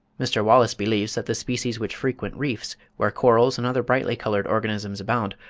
mr. wallace believes that the species which frequent reefs, where corals and other brightly-coloured organisms abound,